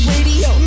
Radio